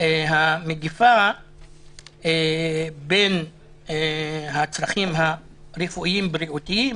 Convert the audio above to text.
המגפה בין הצרכים הרפואיים-בריאותיים